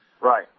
Right